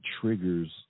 triggers